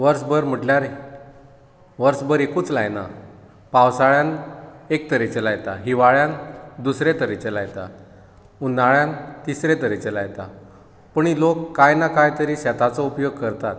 वर्स भर म्हणल्यार वर्स भर एकूच लायना पावसाळ्यान एक तरेचें लायता हिवाळ्यान दुसरे तरेचें लायता हुनाळ्यान तिसरे तरेचें लायता पूण लोक कांय ना कांय तरी शेताचो उपयोग करतात